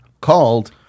Called